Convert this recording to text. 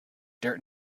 dirt